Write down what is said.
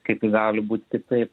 kaip ji gali būt kitaip